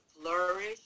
flourish